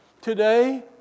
Today